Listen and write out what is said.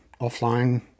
offline